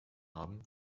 haben